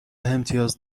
امتیاز